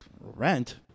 rent